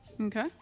Okay